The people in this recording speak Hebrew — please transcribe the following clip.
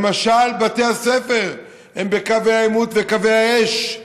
למשל, בתי הספר הם בקווי העימות וקווי האש,